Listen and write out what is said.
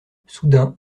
soudain